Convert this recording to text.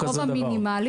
זאת הגדרת הלול.